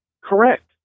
Correct